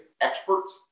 experts